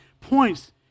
points